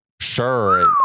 Sure